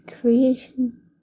creation